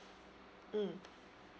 mm